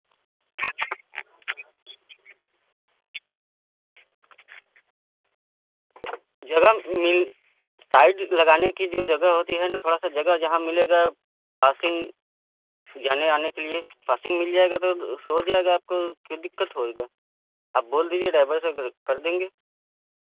जगह मिल साइड लगाने की जो जगह होती है ना थोड़ा सा जगह जहाँ मिलेगा पासिंग जाने आने के लिए पासिंग मिल जाएगा तो हो जाएगा आपको कि दिक्कत होगा आप बोल दीजिए डाइवर सर कर देंगे